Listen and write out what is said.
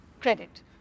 credit